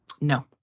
No